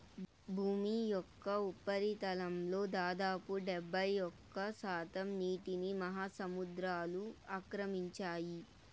భూమి యొక్క ఉపరితలంలో దాదాపు డెబ్బైఒక్క శాతం నీటిని మహాసముద్రాలు ఆక్రమించాయి